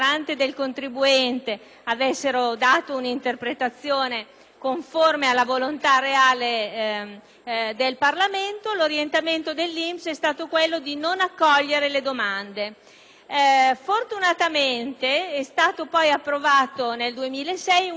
conforme alla volontà reale del Parlamento, l'orientamento dell'INPS è stato sempre quello di non accogliere le domande. Fortunatamente, è stato poi approvato un emendamento, presentato dal Gruppo della Lega Nord Padania